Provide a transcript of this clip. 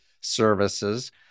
services